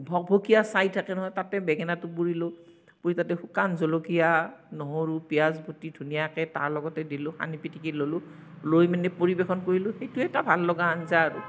ভকভকীয়া ছাঁই থাকে নহয় তাতে বেঙেনাটো পুৰিলোঁ পুৰি তাতে শুকান জলকীয়া নহৰু পিয়াঁজ কুটি ধুনীয়াকে তাৰ লগতে দিলোঁ সানি পিটিকি ল'লো লৈ মানে পৰিবেশন কৰিলোঁ সেইটো এটা ভাল লগা আঞ্জা আৰু